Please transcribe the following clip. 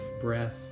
breath